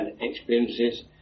experiences